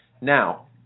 now